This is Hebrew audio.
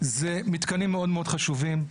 זה מתקנים מאוד מאוד חשובים.